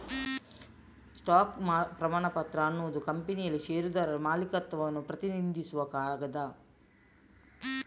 stock ಪ್ರಮಾಣಪತ್ರ ಅನ್ನುದು ಕಂಪನಿಯಲ್ಲಿ ಷೇರುದಾರರ ಮಾಲೀಕತ್ವವನ್ನ ಪ್ರತಿನಿಧಿಸುವ ಕಾಗದ